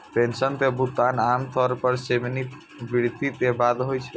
pension के भुगतान आम तौर पर सेवानिवृत्ति के बाद होइ छै